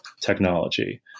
technology